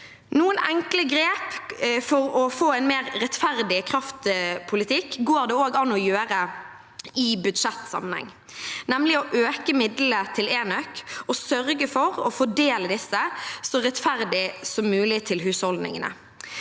Noen enkle grep for å få en mer rettferdig kraftpolitikk går det også an å gjøre i budsjettsammenheng, nemlig å øke midlene til enøk og sørge for å fordele disse så rettferdig som mulig til husholdningene.